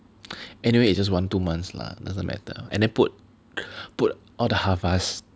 anyway it's just one two months lah doesn't matter and then put put all the Harvest